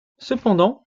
cependant